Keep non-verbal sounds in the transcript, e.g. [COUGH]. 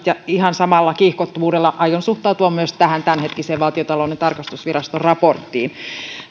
[UNINTELLIGIBLE] ja ihan samalla kiihkottomuudella aion suhtautua myös tähän tämänhetkiseen valtionta louden tarkastusviraston raporttiin